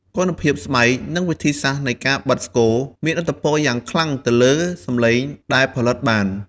គុណភាពស្បែក និងវិធីសាស្ត្រនៃការបិតស្គរមានឥទ្ធិពលយ៉ាងខ្លាំងទៅលើសំឡេងដែលផលិតបាន។